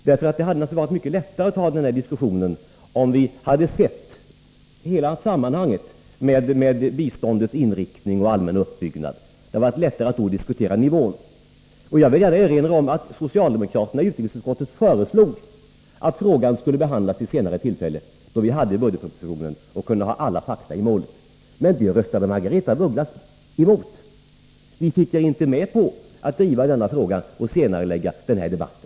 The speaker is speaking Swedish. Det hade naturligtvis varit mycket lättare att föra diskussionen om vi hade sett hela sammanhanget med biståndets inriktning och allmänna uppbyggnad. Det hade då varit lättare att diskutera dess nivå. Jag vill gärna erinra om att socialdemokraterna i utrikesutskottet föreslog att frågan skulle behandlas vid ett senare tillfälle, då vi hade tillgång till budgetpropositionen och alla fakta i målet. Men det förslaget röstade Margaretha af Ugglas emot. Ni gick helt enkelt inte med på att senarelägga denna debatt.